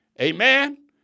Amen